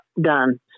done